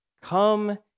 Come